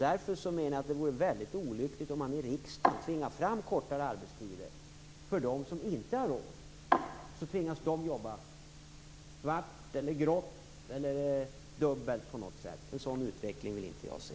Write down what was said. Därför menar jag att det vore väldigt olyckligt om man i riksdagen tvingar fram kortare arbetstider för dem som inte har råd. Då tvingas de jobba svart eller grått eller dubbelt på något sätt. En sådan utveckling vill inte jag se.